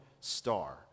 Star